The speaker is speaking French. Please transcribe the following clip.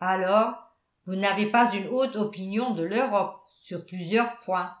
alors vous n'avez pas une haute opinion de l'europe sur plusieurs points